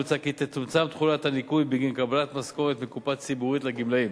מוצע כי תצומצם תחולת הניכוי בגין קבלת משכורת מקופה ציבורית לגמלאים.